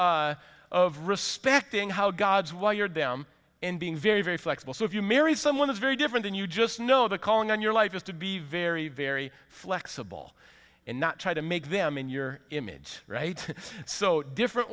of of respect in how gods wired them in being very very flexible so if you marry someone is very different and you just know the calling on your life is to be very very flexible and not try to make them in your image right so different